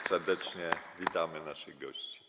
Serdecznie witamy naszych gości.